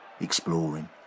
exploring